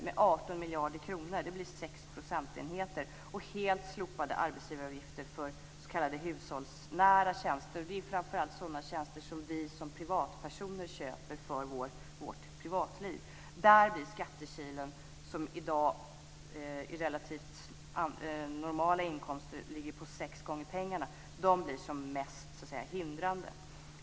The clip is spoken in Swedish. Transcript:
Det blir sex procentenheter. Vi föreslår också helt slopade arbetsgivaravgifter för s.k. hushållsnära tjänster. Det är framför allt sådana tjänster som vi som privatpersoner köper för vårt privatliv. I det fallet blir skattekilen, som i dag vid relativt normala inkomster ligger på sex gånger pengarna, som mest hindrande.